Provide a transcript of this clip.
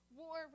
war